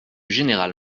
général